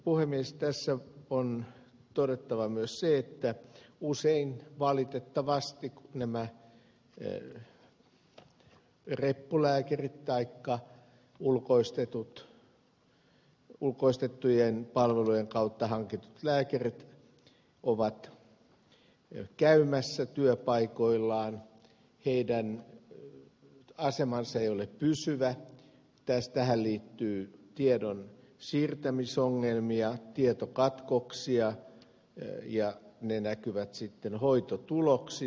tässä on todettava myös se että usein valitettavasti kun nämä reppulääkärit taikka ulkoistettujen palvelujen kautta hankitut lääkärit ovat käymässä työpaikoillaan heidän asemansa ei ole pysyvä ja tähän taas liittyy tiedonsiirtämisongelmia tietokatkoksia ja ne näkyvät sitten hoitotuloksissa